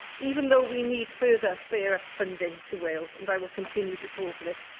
even though we need further fairer funding to wales, and i will continue to call for this.